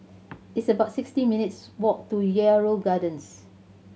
it's about sixty minutes' walk to Yarrow Gardens